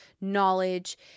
Knowledge